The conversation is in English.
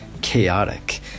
Chaotic